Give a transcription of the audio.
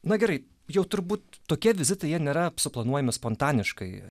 na gerai jau turbūt tokie vizitai nėra suplanuojami spontaniškai